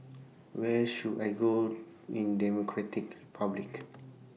Where should I Go in Democratic Republic